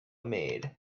maid